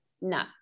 no